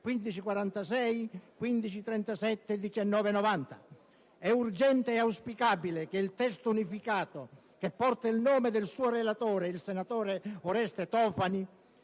1537 e 1990. È urgente e auspicabile che il testo unificato, che porta il nome del suo relatore, senatore Oreste Tofani,